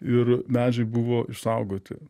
ir medžiai buvo išsaugoti